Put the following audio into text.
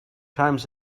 times